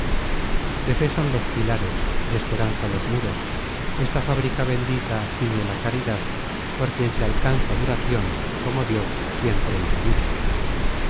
fe son los pilares de esperanza los muros esta fábrica bendita ciñe la caridad por quien se alcanza duracion como dios siempre infinita